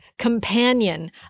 companion